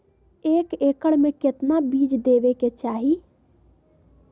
एक एकड़ मे केतना बीज देवे के चाहि?